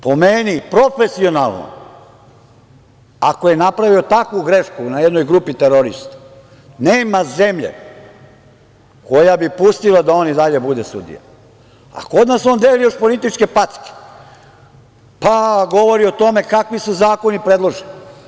Po meni, profesionalno ako je napravio takvu grešku na jednoj grupi terorista, nema zemlje koja bi pustila da on i dalje bude sudija, a kod nas on deli još političke packe, pa govori o tome kakvi su zakoni predloženi.